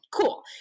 Cool